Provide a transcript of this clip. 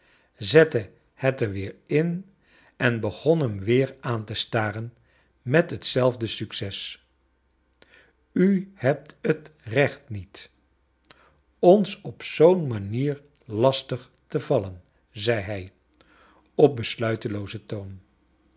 zette het er weer in en begon hem weer aan te staren met hetzelfde succes u hebt het recht niet ons op zoom manier lastig te valien zei hij op besluiteloozen toon